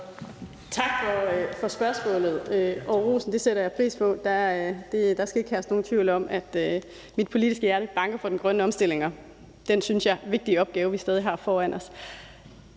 Tak for spørgsmålet, og rosen sætter jeg pris på. Der skal ikke herske nogen tvivl om, at mit politiske hjerte banker for den grønne omstilling og den, synes jeg, vigtige opgave, vi stadig har foran os.